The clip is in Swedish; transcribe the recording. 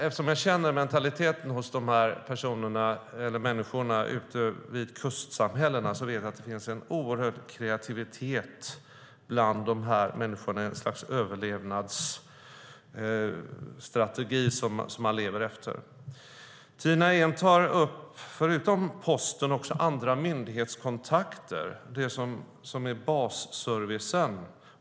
Eftersom jag känner mentaliteten hos dessa människor ute i kustsamhällena vet jag att det finns en oerhört stor kreativitet bland dem och något slags överlevnadsstrategi som de lever efter. Tina Ehn tar förutom Posten också upp andra myndighetskontakter och det som är basservicen.